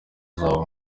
uzaba